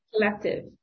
collective